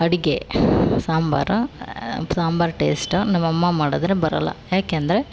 ಅಡುಗೆ ಸಾಂಬಾರು ಸಾಂಬಾರ್ ಟೇಸ್ಟ್ ನಮ್ಮ ಅಮ್ಮ ಮಾಡಿದರೆ ಬರೋಲ್ಲ ಯಾಕಂದ್ರೆ